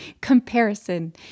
Comparison